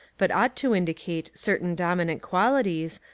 but ought to indicate certain dominant qualities,